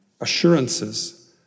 assurances